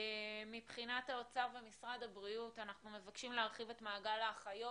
מבחינת האוצר ומשרד הבריאות אנחנו מבקשים להרחיב את מעגל האחיות.